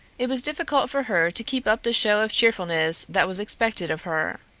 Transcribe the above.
it was difficult for her to keep up the show of cheerfulness that was expected of her.